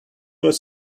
was